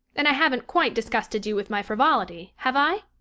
and i haven't quite disgusted you with my frivolity, have i?